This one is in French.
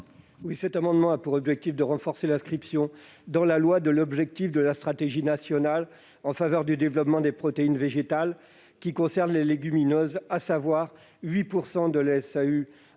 Cet amendement a pour objet de renforcer l'inscription dans la loi de l'objectif de la stratégie nationale pour le développement des protéines végétales, qui concerne les légumineuses, à savoir 8 % de la SAU